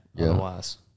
Otherwise